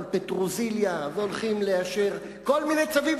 אלה שאומרים "על-פי תורת ישראל" גם אומרים: לא תישא שם ה' אלוהיך לשווא,